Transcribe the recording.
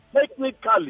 technically